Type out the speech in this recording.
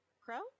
Crow